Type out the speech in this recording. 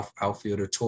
outfielder